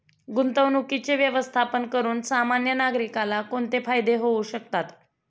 गुंतवणुकीचे व्यवस्थापन करून सामान्य नागरिकाला कोणते फायदे होऊ शकतात?